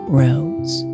rose